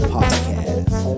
Podcast